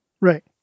Right